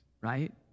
right